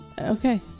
Okay